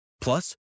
Plus